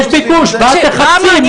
כי יש ביקוש, ואת תחפשי משהו שהוא לא כשר.